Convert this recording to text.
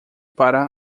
para